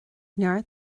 neart